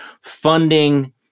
funding